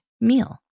meal